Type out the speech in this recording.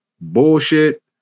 bullshit